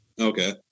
Okay